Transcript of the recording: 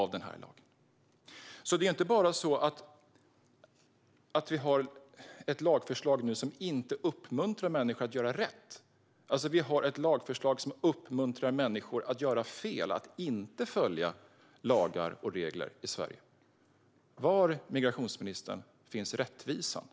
Vi har inte bara ett lagförslag som inte uppmuntrar människor att göra rätt, utan vi har ett lagförslag som uppmuntrar människor att göra fel och att inte följa lagar och regler i Sverige. Var, migrationsministern, finns rättvisan i det?